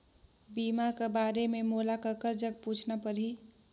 बीमा कर बारे मे मोला ककर जग पूछना परही?